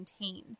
maintain